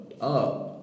up